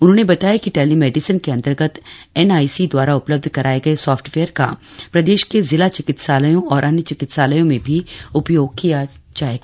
उन्होंने बताया कि टेली मेडिसिन के अर्न्तगत एन आई सी द्वारा उपलब्ध कराये गये साफ्टवेयर का प्रदेश के जिला चिकित्सालयों और अन्य चिकित्सालयों में भी उपयोग किया जाएगा